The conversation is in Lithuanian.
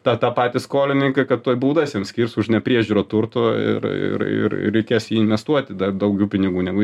tą tą patį skolininką kad tuoj baudas jam skirti už nepriežiūrą turto ir ir ir ir reikės į jį investuoti dar daugiau pinigų negu